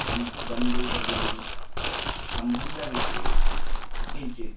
बन् बन्धु भगिनी सम्बन्धविषये किञ्चित्